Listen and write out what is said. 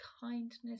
kindness